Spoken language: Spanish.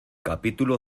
capítulo